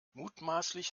mutmaßlich